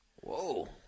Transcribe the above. Whoa